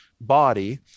body